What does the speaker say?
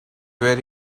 where